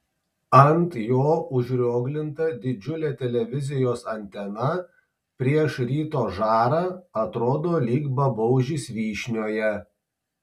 ant jo užrioglinta didžiulė televizijos antena prieš ryto žarą atrodo lyg babaužis vyšnioje